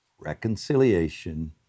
reconciliation